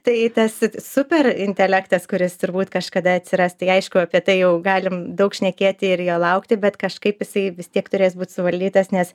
tai tas ir super intelektas kuris turbūt kažkada atsiras tai aišku apie tai jau galim daug šnekėti ir jo laukti bet kažkaip jisai vis tiek turės būt suvaldytas nes